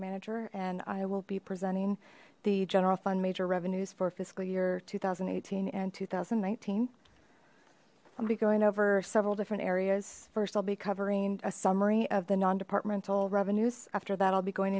manager and i will be presenting the general fund major revenues for fiscal year two thousand and eighteen and two thousand and nineteen i'll be going over several different areas first i'll be covering a summary of the non departmental revenues after that i'll be going